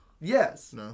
Yes